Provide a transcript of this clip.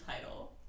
title